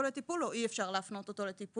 הזה לטיפול או אי אפשר להפנות אותו לטיפול,